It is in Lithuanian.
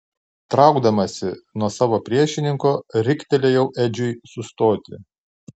traukdamasi nuo savo priešininko riktelėjau edžiui sustoti